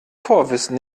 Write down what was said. vorwissen